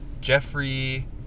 Jeffrey